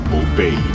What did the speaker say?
obey